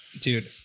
Dude